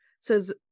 says